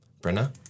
Brenna